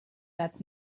that’s